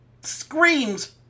screams